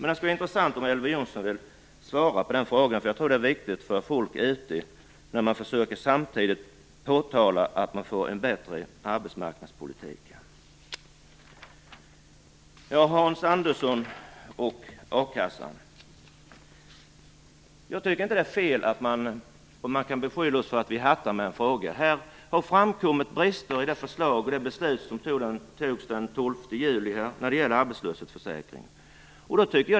Det skulle vara intressant om Elver Jonsson ville svara på den frågan, för jag tror att det är viktigt för folk ute i samhället, hur man kan säga att man får en bättre arbetsmarknadspolitik på detta sätt. Jag tycker inte att man kan beskylla oss för att hatta med denna fråga. Det har framkommit brister i det förslag och det beslut som fattades den 12 juli om arbetslöshetsförsäkringen.